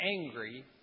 angry